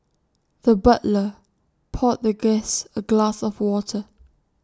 the butler poured the guest A glass of water